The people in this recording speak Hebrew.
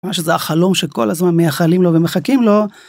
זה החלום שכל הזמן מייחלים לו ומחכים לו.